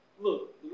Look